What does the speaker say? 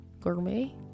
Gourmet